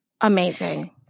Amazing